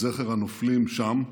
לזכר הנופלים שם,